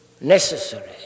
necessary